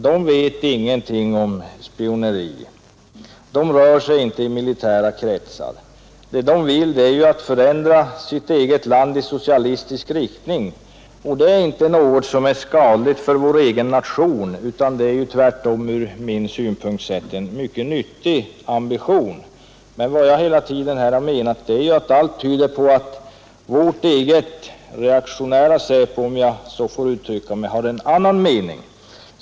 De vet ingenting om spioneri, de rör sig inte i militära kretsar. Det de vill är ju att förändra sitt eget land i socialistisk riktning, och det är inte något som är skadligt för vår egen nation, utan det är tvärtom ur min synpunkt sett en mycket nyttig ambition. Vad jag hela tiden här har menat är att allt tyder på att vårt eget reaktionära SÄPO, om jag så får uttrycka mig, har en annan mening.